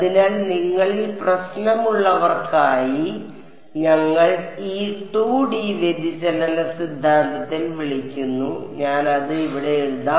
അതിനാൽ നിങ്ങളിൽ പ്രശ്നമുള്ളവർക്കായി ഞങ്ങൾ ഈ 2D വ്യതിചലന സിദ്ധാന്തത്തിൽ വിളിക്കുന്നു ഞാൻ അത് ഇവിടെ എഴുതാം